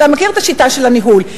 אתה מכיר את השיטה של הניהול.